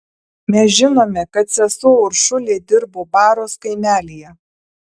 mes žinome kad sesuo uršulė dirbo baros kaimelyje